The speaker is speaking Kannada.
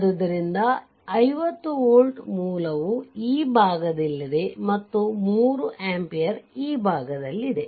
ಆದ್ದರಿಂದ 50 ವೋಲ್ಟ್ ಮೂಲವು ಈ ಭಾಗದಲ್ಲಿದೆ ಮತ್ತು 3 ಆಂಪಿಯರ್ ಈ ಭಾಗದಲ್ಲಿದೆ